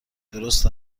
درست